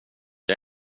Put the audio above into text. jag